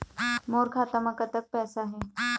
मोर खाता म कतक पैसा हे?